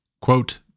quote